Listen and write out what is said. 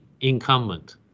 incumbent